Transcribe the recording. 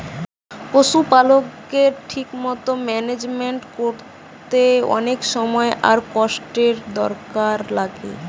পশুপালকের ঠিক মতো ম্যানেজমেন্ট কোরতে অনেক সময় আর কষ্টের দরকার লাগে